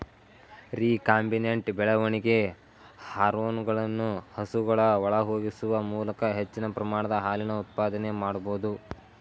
recombinant ಬೆಳವಣಿಗೆ ಹಾರ್ಮೋನುಗಳನ್ನು ಹಸುಗಳ ಒಳಹೊಗಿಸುವ ಮೂಲಕ ಹೆಚ್ಚಿನ ಪ್ರಮಾಣದ ಹಾಲಿನ ಉತ್ಪಾದನೆ ಮಾಡ್ಬೋದು